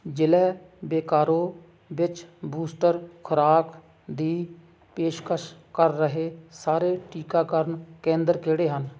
ਜ਼ਿਲ੍ਹੇ ਬੇਕਾਰੋ ਵਿੱਚ ਬੂਸਟਰ ਖੁਰਾਕ ਦੀ ਪੇਸ਼ਕਸ਼ ਕਰ ਰਹੇ ਸਾਰੇ ਟੀਕਾਕਰਨ ਕੇਂਦਰ ਕਿਹੜੇ ਹਨ